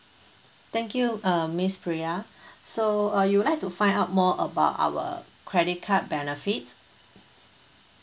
thank you uh miss priya so uh you would like to find out more about our credit card benefits